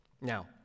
Now